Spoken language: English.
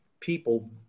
people